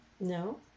No